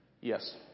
Yes